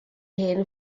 hen